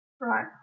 right